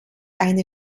eine